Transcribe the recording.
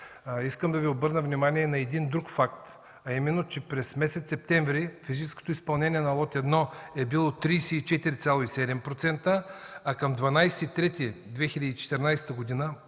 Искам да Ви обърна внимание на един друг факт, а именно, че през месец септември физическото изпълнение на Лот 1 е било 34,7%, към 12 март 2014 г.